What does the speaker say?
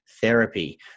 therapy